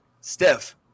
Steph